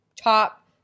top